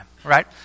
Right